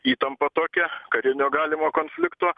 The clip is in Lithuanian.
įtampa tokia karinio galimo konflikto